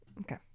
Okay